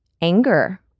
anger